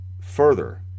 further